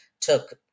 took